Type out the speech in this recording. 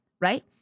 Right